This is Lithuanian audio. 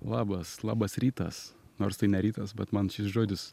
labas labas rytas nors tai ne rytas bet man šis žodis